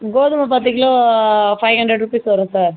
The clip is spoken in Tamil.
கோதுமை பத்து கிலோ ஃபைவ் ஹண்ட்ரேட் ருபீஸ் வரும் சார்